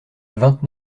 vingt